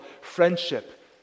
friendship